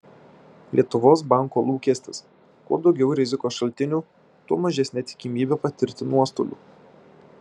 lietuvos banko lūkestis kuo daugiau rizikos šaltinių tuo mažesnė tikimybė patirti nuostolių